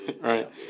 right